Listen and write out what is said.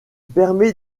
permet